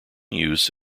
use